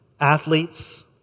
athletes